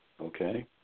Okay